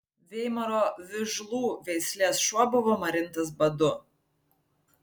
veimaro vižlų veislės šuo buvo marintas badu